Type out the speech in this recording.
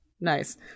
Nice